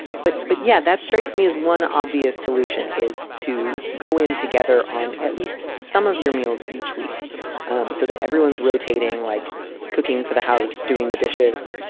but but, yeah, that strikes me as one obvious solution is to go in together on at least some of your meals each week so that everyone's rotating like cooking for the house, doing the dishes.